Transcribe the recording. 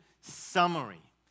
summary